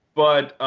but